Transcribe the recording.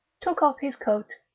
took off his coat,